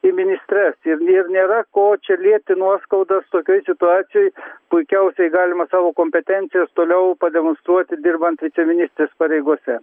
į ministres ir ir nėra ko čia lieti nuoskaudas tokioj situacijoj puikiausiai galima savo kompetencijas toliau pademonstruoti dirbant viceministrės pareigose